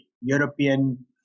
European